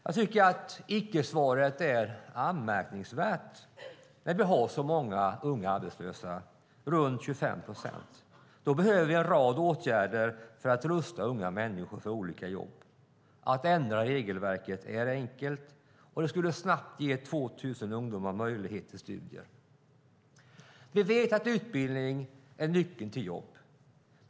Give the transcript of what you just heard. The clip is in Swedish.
Jag tycker att icke-svaret är anmärkningsvärt när vi har så många som runt 25 procent unga arbetslösa. Då behöver vi en rad åtgärder för att rusta unga människor för olika jobb. Att ändra regelverket är enkelt och skulle snabbt ge 2 000 ungdomar möjlighet till studier. Vi vet att utbildning är nyckeln till jobb.